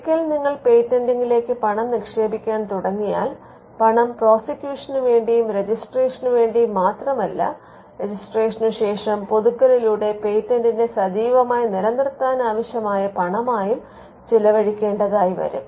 ഒരിക്കൽ നിങ്ങൾ പേറ്റന്റിംഗിലേക്ക് പണം നിക്ഷേപിക്കാൻ തുടങ്ങിയാൽ പണം പ്രോസിക്യൂഷന് വേണ്ടിയും രജിസ്ട്രേഷന് വേണ്ടിയും മാത്രമല്ല രജിസ്ട്രേഷനുശേഷം പുതുക്കലിലൂടെ പേറ്റന്റിനെ സജീവമായി നിലനിർത്താൻ ആവശ്യമായ പണമായും ചിലവാക്കേണ്ടതായി വരും